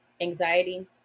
anxiety